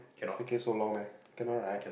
staircase so long leh cannot right